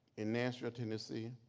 in nashville, tennessee.